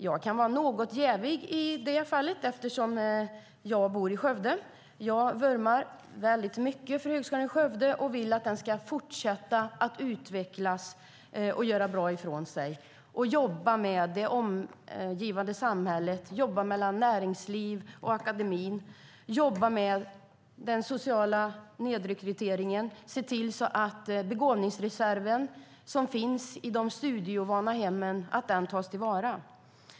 Jag kan vara något jävig eftersom jag bor i Skövde. Jag vurmar för Högskolan i Skövde och vill att den ska fortsätta utvecklas, göra bra ifrån sig, jobba med det omgivande samhället, samarbeta med näringslivet, jobba med den sociala nedrekryteringen och se till att begåvningsreserven som finns i de studieovana hemmen tas till vara.